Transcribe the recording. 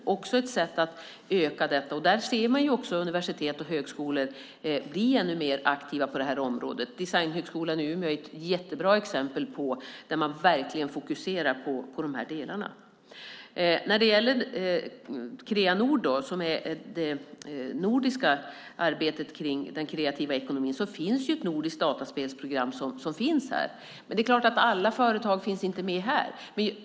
Det är också ett sätt att öka dessa. Där ser man också att universitet och högskolor blir ännu mer aktiva på det här området. Designhögskolan i Umeå är ett jättebra exempel där man verkligen fokuserar på de här delarna. Kreanord är det nordiska arbetet kring den kreativa ekonomin och här finns ett nordiskt dataspelsprogram. Men det är klart att alla företag inte finns med här.